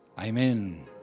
amen